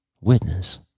witness